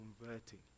converting